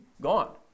gone